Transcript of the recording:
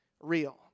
real